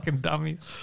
dummies